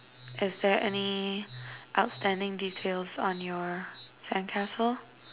is there any outstanding details on your sandcastle